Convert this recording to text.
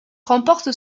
remporte